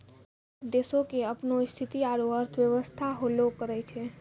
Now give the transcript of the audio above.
हरेक देशो के अपनो स्थिति आरु अर्थव्यवस्था होलो करै छै